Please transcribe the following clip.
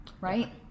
Right